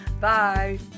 Bye